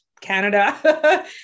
Canada